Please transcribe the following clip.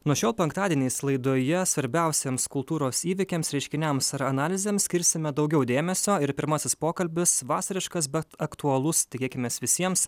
nuo šiol penktadieniais laidoje svarbiausiems kultūros įvykiams reiškiniams ar analizėms skirsime daugiau dėmesio ir pirmasis pokalbis vasariškas bet aktualus tikėkimės visiems